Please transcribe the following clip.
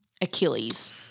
Achilles